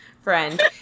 friend